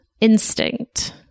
instinct